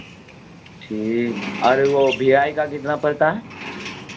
جی اور وہ بھیائی کا کتنا پڑتا ہے